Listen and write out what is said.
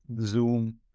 Zoom